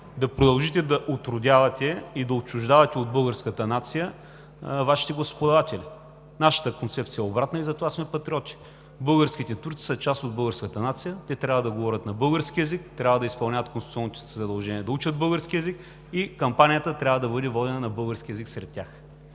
да продължите да отродявате и да отчуждавате от българската нация Вашите гласоподаватели. Нашата концепция е обратна и затова сме Патриоти. Българските турци са част от българската нация. Те трябва да говорят на български език, да изпълняват конституционното си задължение да учат български език и кампанията да бъде водена на български език сред тях.